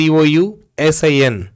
Cousin